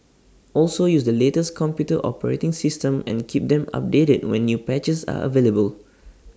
also use the latest computer operating system and keep them updated when new patches are available